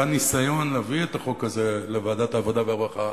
ניסיון להביא את החוק הזה לוועדת העבודה והרווחה,